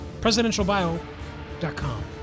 Presidentialbio.com